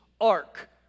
ark